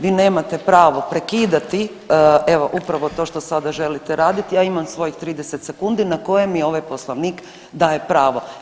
Vi nemate pravo prekidati, evo upravo to što sada želite raditi, ja imam svojih 30 sekundi na koje mi ovaj poslovnik daje pravo.